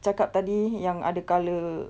cakap tadi yang ada colour